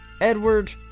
edward